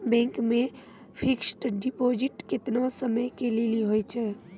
Bank मे fixed deposit केतना समय के लेली होय छै?